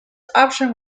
option